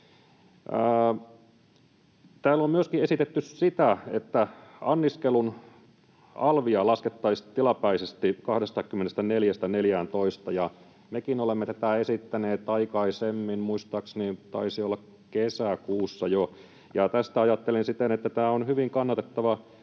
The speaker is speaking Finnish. Täällä on myöskin esitetty, että anniskelun alvia laskettaisiin tilapäisesti 24:stä 14:ään, ja mekin olemme tätä esittäneet aikaisemmin, muistaakseni taisi olla kesäkuussa jo. Tästä ajattelen siten, että tämä on hyvin kannatettava